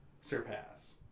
surpass